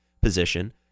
position